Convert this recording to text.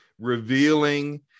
revealing